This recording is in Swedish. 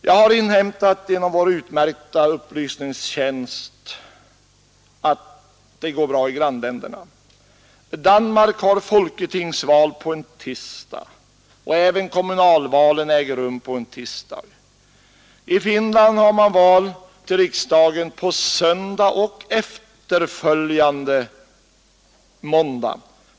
Jag har inhämtat genom vår utmärkta upplysningstjänst att det går bra i grannländerna. Danmark har folketingsval på en tisdag, och även kommunalvalen äger rum på en tisdag. I Finland har man val till riksdagen på söndag och efterföljande måndag.